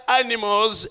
animals